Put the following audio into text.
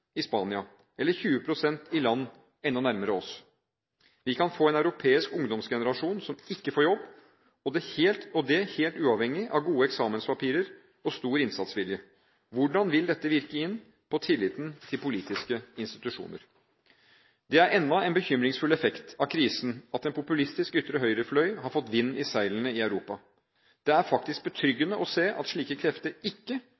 i Spania, eller 20 pst. i land enda nærmere oss? Vi kan få en europeisk ungdomsgenerasjon som ikke får jobb, og det helt uavhengig av gode eksamenspapirer og stor innsatsvilje. Hvordan vil dette virke inn på tilliten til politiske institusjoner? Det er enda en bekymringsfull effekt av krisen at en populistisk ytre høyrefløy har fått vind i seilene i Europa. Det er faktisk betryggende å se at slike krefter ikke